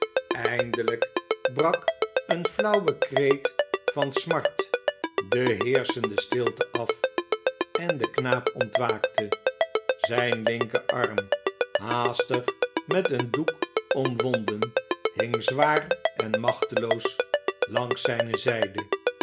eindelijk brak een flauwe kreet van smart de heerschende stilte af en de knaap ontwaakte zijn linkerarm haastig met een doek omwonden hing zwaar en machteloos langs zijne zijde